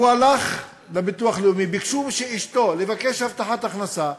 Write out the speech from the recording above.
הוא הלך לביטוח לאומי לבקש הבטחת הכנסה,